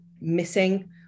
missing